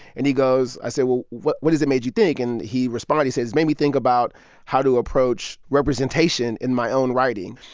and he goes i said, well, what what has it made you think? and he responds. he says, it's made me think about how to approach representation in my own writing.